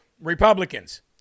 Republicans